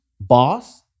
Boss